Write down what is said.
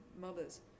mothers